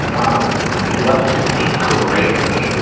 um i'd love to be great looking.